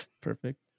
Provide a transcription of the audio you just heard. Perfect